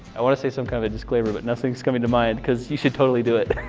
i want to say some kind of a disclaimer, but nothing's coming to mind, cause you should totally do it.